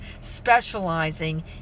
specializing